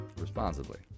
Responsibly